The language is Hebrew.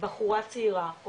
בחורה צעירה,